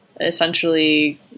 essentially